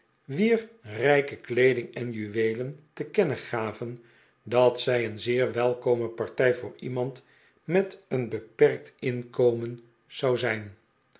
wier rijke weeding en juweelen te kennen gaven dat zij een zeer welkome partij voor iemand met een beperkt inkomen zou zijn